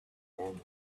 then